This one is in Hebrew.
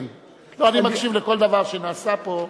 כן, אני מקשיב לכל דבר שנעשה פה.